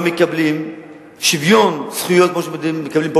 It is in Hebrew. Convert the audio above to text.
מקבלים בה שוויון זכויות כמו שהם מקבלים פה,